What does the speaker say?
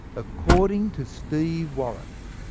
according to steve warren,